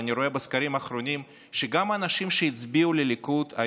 אני רואה בסקרים האחרונים שגם אנשים שהצביעו לליכוד,